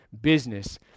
business